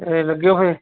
ਇਹ ਲੱਗੇ ਹੋਏ